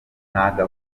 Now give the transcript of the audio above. gahunda